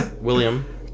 William